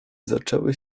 zaczęły